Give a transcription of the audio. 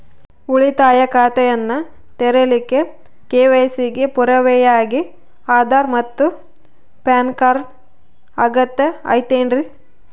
ಉಳಿತಾಯ ಖಾತೆಯನ್ನ ತೆರಿಲಿಕ್ಕೆ ಕೆ.ವೈ.ಸಿ ಗೆ ಪುರಾವೆಯಾಗಿ ಆಧಾರ್ ಮತ್ತು ಪ್ಯಾನ್ ಕಾರ್ಡ್ ಅಗತ್ಯ ಐತೇನ್ರಿ?